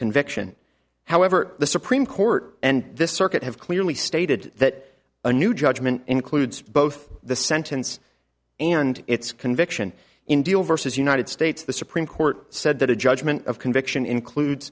conviction however the supreme court and this circuit have clearly stated that a new judgment includes both the sentence and its conviction in deal versus united states the supreme court said that a judgment of conviction include